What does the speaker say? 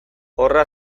horra